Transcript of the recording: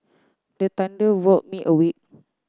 the thunder walk me awake